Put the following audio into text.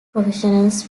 professionals